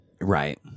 Right